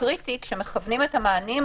כשמכוונים את המענים,